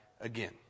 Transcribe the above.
again